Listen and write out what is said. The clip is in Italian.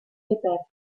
reperti